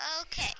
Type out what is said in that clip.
Okay